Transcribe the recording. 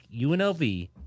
UNLV